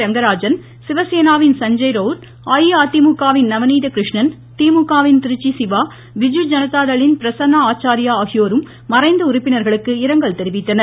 ரெங்கராஜன் சிவசேனாவின் சஞ்ஜய் ரவுத் அஇஅதிமுகவின் நவநீத கிருஷ்ணன் திமுகவின் திருச்சி சிவா பிஜு ஜனதா தள்ளின் பிரசன்னா ஆச்சாரியா ஆகியோரும் மறைந்த உறுப்பினர்களுக்கு இரங்கல் தெரிவித்தனர்